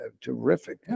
terrific